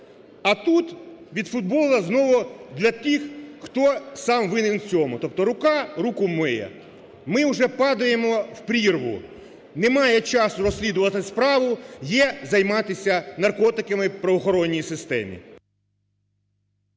А тут відфутболила знову для тих, хто сам винен в цьому, тобто рука руку миє. Ми вже падаємо в прірву, немає часу розслідувати справу, є займатися наркотиками в правоохоронній системі.